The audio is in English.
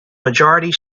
majority